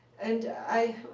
and i